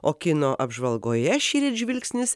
o kino apžvalgoje šįryt žvilgsnis